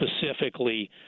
specifically